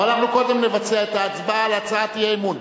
אבל אנחנו קודם נבצע את ההצבעה על הצעת אי-האמון.